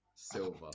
Silver